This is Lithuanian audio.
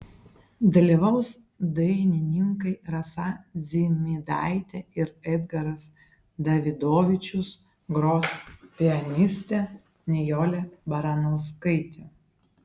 dalyvaus dainininkai rasa dzimidaitė ir edgaras davidovičius gros pianistė nijolė baranauskaitė